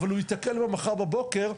אבל הוא ייתקל בה מחר בבוקר.